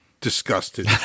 disgusted